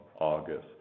August